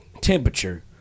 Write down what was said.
temperature